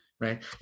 right